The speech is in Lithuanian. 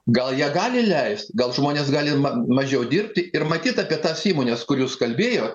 gal jie gali leist gal žmonės gali ir ma mažiau dirbti ir matyt apie tas įmones kur jūs kalbėjot